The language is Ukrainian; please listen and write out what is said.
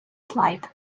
слайд